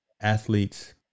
athletes